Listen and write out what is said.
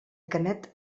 canet